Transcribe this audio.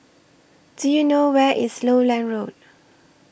Do YOU know Where IS Lowland Road